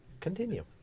continue